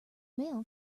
mail